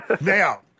Now